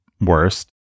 worst